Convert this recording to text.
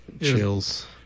chills